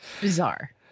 bizarre